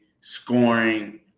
scoring